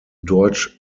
deutsch